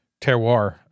Terroir